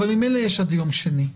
ממילא יש עד יום שני,